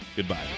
Goodbye